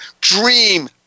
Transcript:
Dream